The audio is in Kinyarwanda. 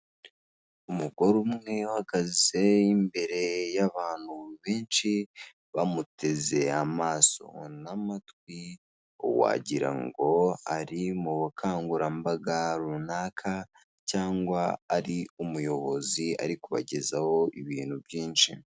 Umugore umwe uhagaze imbere y'abantu benshi bamuteze amaso n'amatwi wagira ngo ari mu bukangurambaga runaka cyangwa ari umuyobozi ari kubagezaho ibintu byinshi.